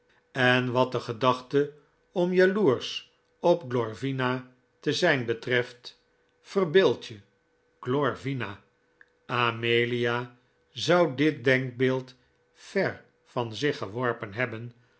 en wat de gedachte om jaloersch op glorvina te zijn betreft verbeeld je glorvina amelia zou dit denkbeeld ver van zich geworpen hebben